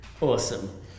awesome